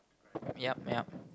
yup yup